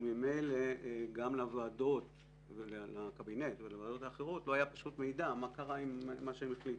וממילא גם לקבינט ולוועדות האחרות לא היה מידע מה קרה עם מה שהם החליטו.